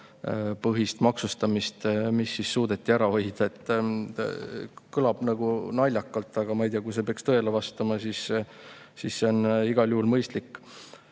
maksustamist, mis suudeti ära hoida. Kõlab naljakalt, aga – ma ei tea – kui see peaks tõele vastama, siis see on igal juhul mõistlik.